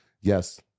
yes